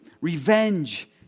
revenge